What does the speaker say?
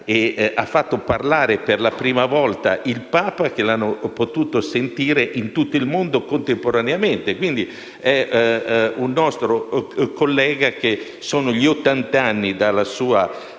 ha fatto parlare per la prima volta il Papa e l'hanno potuto sentire in tutto il mondo contemporaneamente. Era un nostro collega, ricorrono ora gli ottant'anni dalla sua